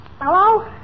Hello